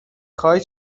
خوای